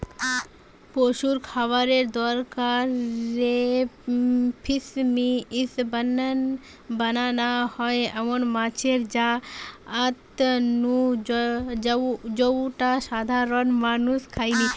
পশুর খাবারের দরকারে ফিসমিল বানানা হয় এমন মাছের জাত নু জউটা সাধারণত মানুষ খায়নি